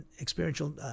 experiential